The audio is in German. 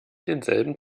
denselben